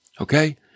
Okay